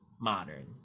modern